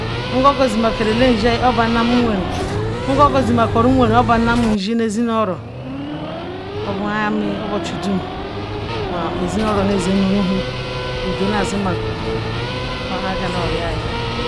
nga oguzinu ishayi oyabanu nwenrin nga oba-nu nwenri obannam ezinu oro oho amin nu obochidom oh amin hu obochidom ezinuo ro nazin nu ruhun ojinuro